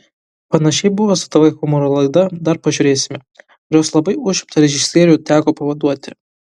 panašiai buvo su tv humoro laida dar pažiūrėsime kurios labai užimtą režisierių teko pavaduoti